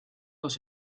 los